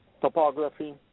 topography